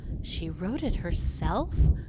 she wrote it herself!